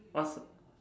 what sound